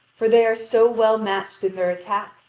for they are so well matched in their attack,